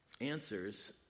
answers